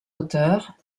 auteurs